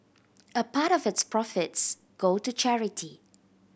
a part of its profits go to charity